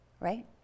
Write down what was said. right